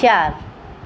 चारि